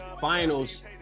Finals